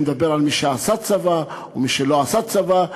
מדבר על מי שעשה צבא ומי שלא עשה צבא.